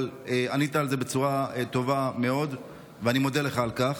אבל ענית על זה בצורה טובה מאוד ואני מודה לך על כך.